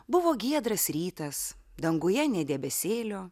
buvo giedras rytas danguje nė debesėlio